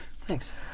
Thanks